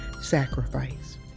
sacrifice